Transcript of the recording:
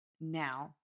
now